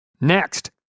Next